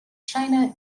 china